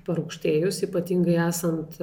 parūgštėjus ypatingai esant